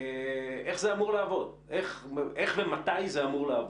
ושתיים, איך ומתי זה אמור לעבוד.